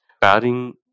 pairing